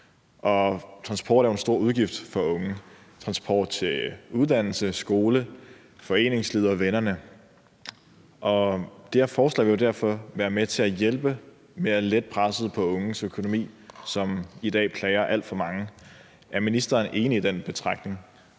Transport er jo en stor udgift for unge – transport til uddannelse, skole, foreningslivet og vennerne – og det her forslag vil derfor være med til at hjælpe med at lette presset på unges økonomi, som i dag plager alt for mange. Er ministeren enig i den betragtning?